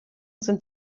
sind